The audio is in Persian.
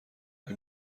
این